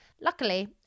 Luckily